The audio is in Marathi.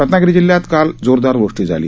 रत्नागिरी जिल्ह्यात काल जोरदार वृष्टी झाली